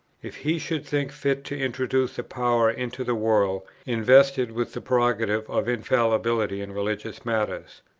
if he should think fit to introduce a power into the world, invested with the prerogative of infallibility in religious matters.